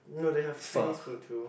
no they have Chinese food too